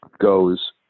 goes